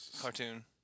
cartoon